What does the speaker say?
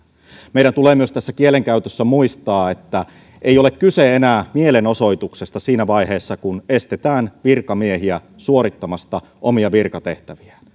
meidän tulee myös tässä kielenkäytössä muistaa että ei ole kyse enää mielenosoituksesta siinä vaiheessa kun estetään virkamiehiä suorittamasta omia virkatehtäviään